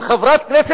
פיניאן.